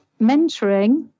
mentoring